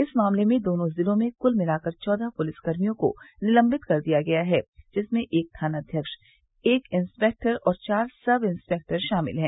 इस मामले में दोनों जिलों में कूल मिलाकर चौदह पुलिसकर्मियों को निलम्बित कर दिया गया है जिसमें एक थानाध्यक्ष एक इंस्पेक्टर और चार सब इंस्पेक्टर शामिल है